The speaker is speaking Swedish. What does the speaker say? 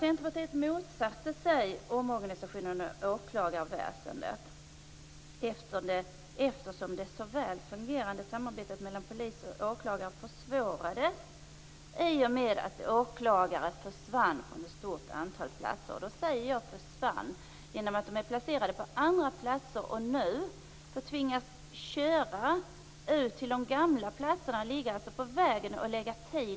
Centerpartiet motsatte sig omorganisationen av åklagarväsendet eftersom det så väl fungerande samarbetet mellan polis och åklagare försvårades i och med att åklagare försvann från ett stort antal platser. Jag säger "försvann", för de är placerade på andra platser. Nu tvingas de köra ut till de gamla ställena. De ligger alltså på vägen och lägger tid på det.